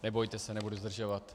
Nebojte se, nebudu zdržovat.